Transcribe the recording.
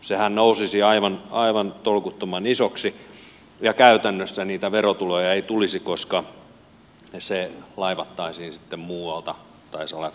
sehän nousisi aivan tolkuttoman isoksi ja käytännössä niitä verotuloja ei tulisi koska ne laivattaisiin sitten muualta tai salakuljetettaisiin